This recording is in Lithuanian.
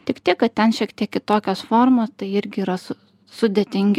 tik tiek kad ten šiek tiek kitokios formos tai irgi yra su sudėtingi